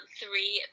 three